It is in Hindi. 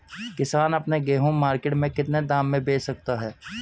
किसान अपना गेहूँ मार्केट में कितने दाम में बेच सकता है?